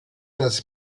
das